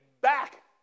back